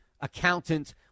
accountant